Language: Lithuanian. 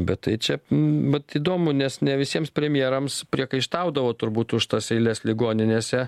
bet tai čia mat įdomu nes ne visiems premjerams priekaištaudavo turbūt už tas eiles ligoninėse